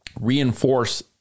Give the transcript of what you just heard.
reinforce